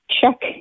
check